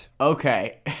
okay